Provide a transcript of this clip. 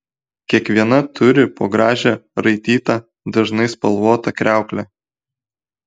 kiekviena turi po gražią raitytą dažnai spalvotą kriauklę